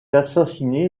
assassiné